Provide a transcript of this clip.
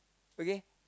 okay